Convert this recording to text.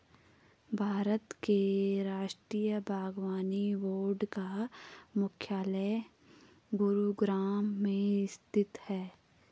भारत के राष्ट्रीय बागवानी बोर्ड का मुख्यालय गुरुग्राम में स्थित है